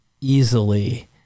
easily